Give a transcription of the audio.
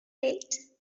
late